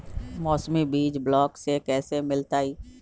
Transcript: मौसमी बीज ब्लॉक से कैसे मिलताई?